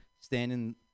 standing